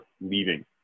leaving